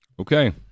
Okay